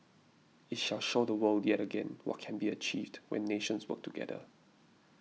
it shall show the world yet again what can be achieved when nations work together